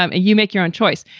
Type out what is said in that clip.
um you make your own choice.